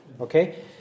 Okay